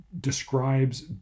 describes